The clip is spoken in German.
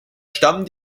stammen